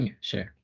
Sure